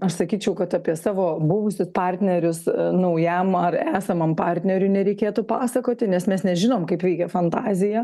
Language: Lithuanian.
aš sakyčiau kad apie savo buvusius partnerius naujam ar esamam partneriui nereikėtų pasakoti nes mes nežinom kaip veikia fantazija